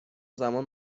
زمان